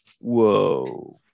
Whoa